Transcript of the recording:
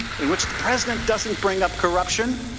in which the president doesn't bring up corruption.